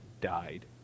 died